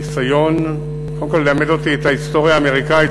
הניסיון ללמד אותי את ההיסטוריה האמריקנית,